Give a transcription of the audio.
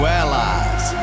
allies